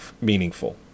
meaningful